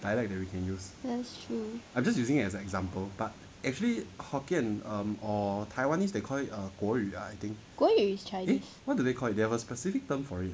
that's true 国语 is chinese